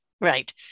Right